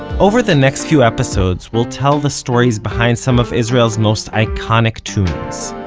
over the next few episodes we'll tell the stories behind some of israel's most iconic tunes.